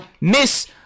Miss